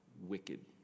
wicked